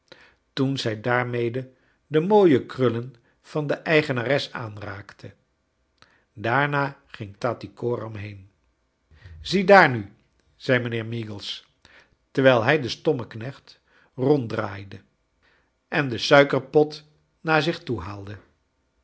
toen zij daarmede do mooie krullen van de eigenares aanraakte daarna ging tattycoram heen ziedaar nu zei mijnheer meagles terwijl hij de stommeknecht ronddraaide en de suikerpot naar zich toehaalde